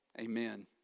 Amen